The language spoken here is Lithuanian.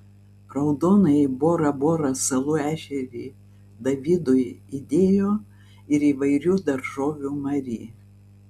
raudonąjį bora bora salų ešerį davidui įdėjo ir įvairių daržovių mari